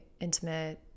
intimate